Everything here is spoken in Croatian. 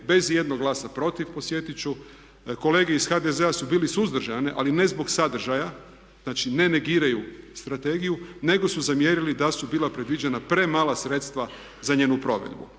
bez ijednog glasa protiv podsjetiti ću. Kolege iz HDZ-a su bili suzdržani ali ne zbog sadržaja, znači ne negiraju strategiju nego su zamjerili da su bila predviđena premala sredstva za njenu provedbu